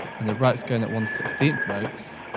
and the right is going at one sixteen notes,